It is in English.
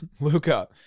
Luca